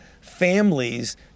families